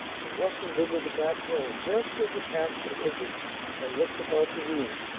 and rustled into the back row just as the pastor entered and looked about the room.